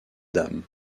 dames